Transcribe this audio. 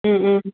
ம் ம்